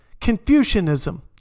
Confucianism